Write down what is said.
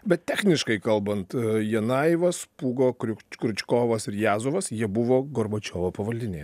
bet techniškai kalbant janajevas pūgo kriuč kriučkovas ir jazovas jie buvo gorbačiovo pavaldiniai